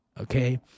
Okay